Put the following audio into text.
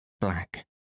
black